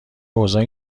اوضاع